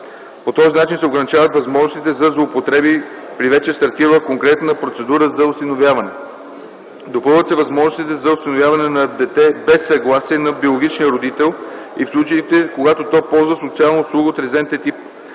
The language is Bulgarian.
По този начин се ограничават възможностите за злоупотреби при вече стартирала конкретна процедура за осиновяване; - допълват се възможностите за осиновяване на детето без съгласие на биологичния родител и в случаите, когато то ползва социална услуга от резидентен тип;